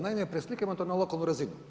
Naime, preslikajmo to na lokalnu razinu.